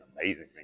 amazing